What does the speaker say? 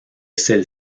celle